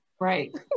Right